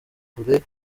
kure